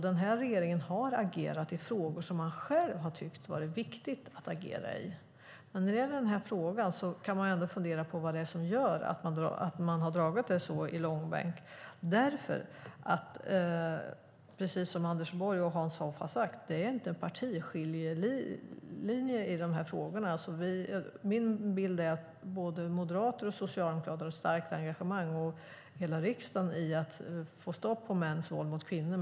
Den här regeringen har alltså agerat i frågor som den själv har tyckt varit viktiga att agera i. När det gäller den här frågan kan man fundera på vad det är som gör att den har dragits så i långbänk. Precis som Anders Borg och Hans Hoff har sagt finns ingen partiskiljelinje i de här frågorna. Min bild är att både moderater, socialdemokrater och hela riksdagen har ett starkt engagemang i att få stopp på mäns våld mot kvinnor.